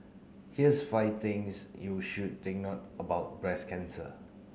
here's five things you should take note about breast cancer